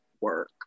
work